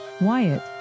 Wyatt